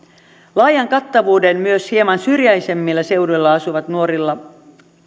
laajan kattavuuden kautta myös hieman syrjäisemmillä seuduilla asuvilla nuorilla